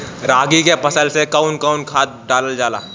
रागी के फसल मे कउन कउन खाद डालल जाला?